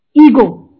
ego